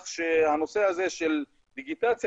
בנושא הזה של דיגיטציה,